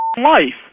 life